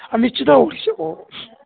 ନିଶ୍ଚତ